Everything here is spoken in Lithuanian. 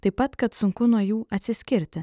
taip pat kad sunku nuo jų atsiskirti